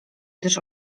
gdyż